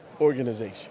organization